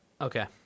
Okay